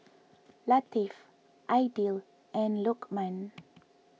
Latif Aidil and Lokman